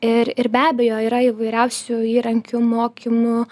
ir ir be abejo yra įvairiausių įrankių mokymų